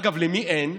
אגב, למי אין?